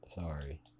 Sorry